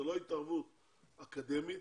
זה לא התערבות אקדמית,